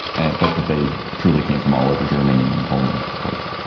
and but that they truly came from all over germany and poland, of course.